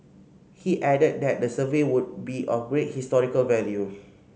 he added that the survey would be of great historical value